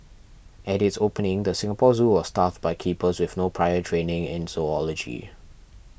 at its opening the Singapore Zoo was staffed by keepers with no prior training in zoology